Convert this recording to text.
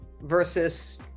versus